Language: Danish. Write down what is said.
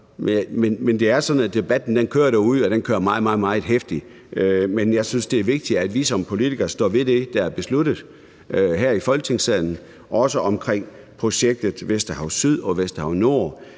og den kører meget, meget heftigt, men jeg synes, det er vigtigt, at vi som politikere står ved det, der er besluttet her i Folketingssalen – også i forhold til Vesterhav Syd og Vesterhav Nord,